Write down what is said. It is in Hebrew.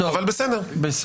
בסדר.